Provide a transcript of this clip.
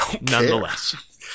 nonetheless